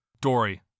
Dory